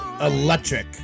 electric